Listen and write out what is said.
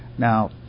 Now